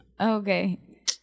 okay